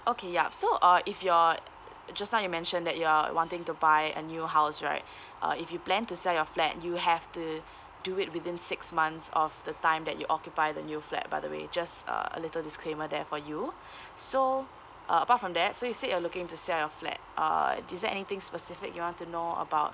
okay yup so uh if you're just now you mentioned that you are wanting to buy a new house right uh if you plan to sell your flat you have to do it within six months of the time that you occupy the new flat by the way just uh a little disclaimer there for you so uh apart from that so you said you're looking to sell your flat uh is there anything specific you want to know about